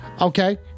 okay